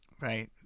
Right